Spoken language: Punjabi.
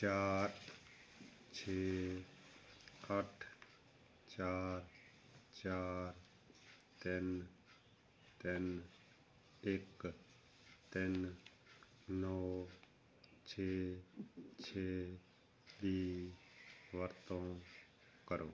ਚਾਰ ਛੇ ਅੱਠ ਚਾਰ ਚਾਰ ਤਿੰਨ ਤਿੰਨ ਇੱਕ ਤਿੰਨ ਨੌਂ ਛੇ ਛੇ ਦੀ ਵਰਤੋਂ ਕਰੋ